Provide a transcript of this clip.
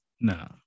no